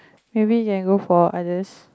maybe you can go for others